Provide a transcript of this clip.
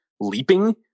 leaping